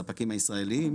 לספקים הישראליים,